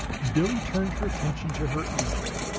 billie turned her attention to her agent.